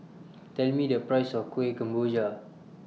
Tell Me The Price of Kuih Kemboja